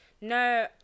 No